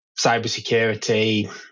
cybersecurity